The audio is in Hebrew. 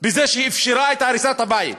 בזה שהיא אפשרה את הריסת הבית.